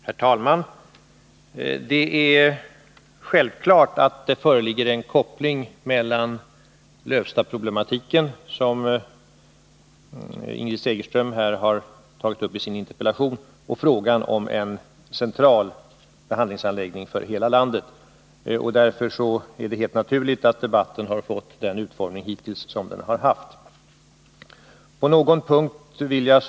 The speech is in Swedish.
Herr talman! Det är självklart att det föreligger en koppling mellan Lövstaproblematiken, som Ingrid Segerström tagit upp i sin interpellation, och frågan om en central behandlingsanläggning för hela landet. Därför är det helt naturligt att debatten fått den utformning som den hittills haft.